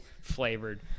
flavored